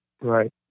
Right